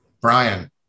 Brian